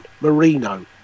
Marino